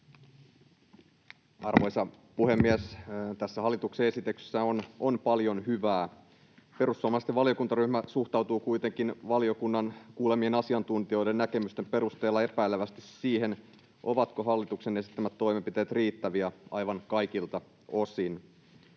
Arvoisa puhemies! Tässä hallituksen esityksessä on paljon hyvää. Perussuomalaisten valiokuntaryhmä suhtautuu kuitenkin valiokunnan kuulemien asiantuntijoiden näkemysten perusteella epäilevästi siihen, ovatko hallituksen esittämät toimenpiteet riittäviä aivan kaikilta osin.